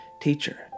Teacher